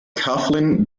coughlin